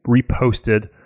reposted